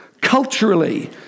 culturally